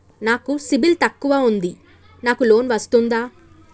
నాకు సిబిల్ తక్కువ ఉంది నాకు లోన్ వస్తుందా?